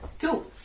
Cool